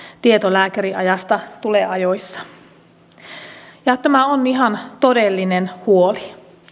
tieto lääkäriajasta tulee ajoissa tämä on ihan todellinen huoli